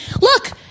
Look